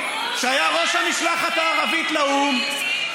שהיה ראש המשלחת הערבית לאו"ם,